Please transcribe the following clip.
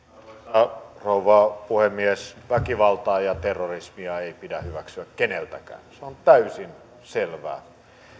arvoisa rouva puhemies väkivaltaa ja terrorismia ei pidä hyväksyä keneltäkään se on täysin selvää